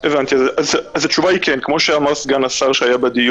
כל הסעיפים האלה כמובן דנו בהם